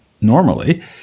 Normally